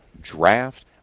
draft